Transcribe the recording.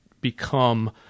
become